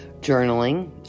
journaling